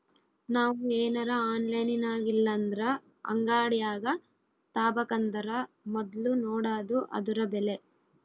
ನಾವು ಏನರ ಆನ್ಲೈನಿನಾಗಇಲ್ಲಂದ್ರ ಅಂಗಡ್ಯಾಗ ತಾಬಕಂದರ ಮೊದ್ಲು ನೋಡಾದು ಅದುರ ಬೆಲೆ